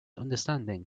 understanding